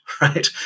right